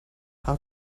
how